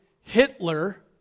Hitler